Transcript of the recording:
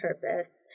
purpose